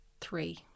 three